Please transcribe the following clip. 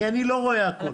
כי אני לא רואה הכול,